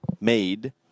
made